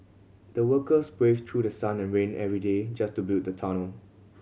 the workers braved through the sun and rain every day just to build the tunnel